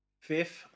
fifth